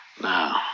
Now